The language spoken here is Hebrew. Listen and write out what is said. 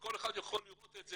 וכל אחד יכול לראות את זה,